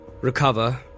recover